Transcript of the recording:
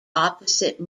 opposite